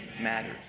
matters